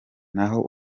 naho